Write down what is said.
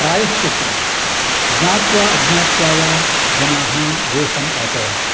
प्रायश्चित्तमिति ज्ञात्वा अज्ञात्वा वा जनाः दोषम् आचरन्ति